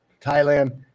Thailand